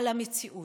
על המציאות,